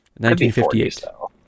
1958